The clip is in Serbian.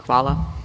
Hvala.